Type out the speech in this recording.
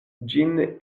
ĝin